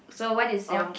so what is your